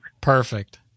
Perfect